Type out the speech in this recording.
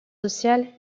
sociales